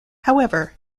however